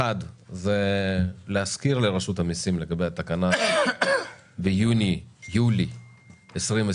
אחד זה להזכיר לרשות המיסים לגבי התקנה ביולי 2022,